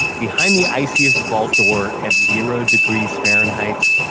behind the iciest vault door at zero degrees fahrenheit,